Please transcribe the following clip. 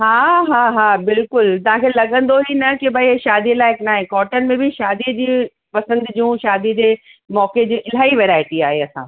हा हा हा बिल्कुलु तव्हांखे लॻंदो ई न की भई इहा शादी लाइक़ न आहे कॉटन में बि शादीअ जी पसंदि जूं शादी जे मौके जे इलाही वैरायटी आहे असां वटि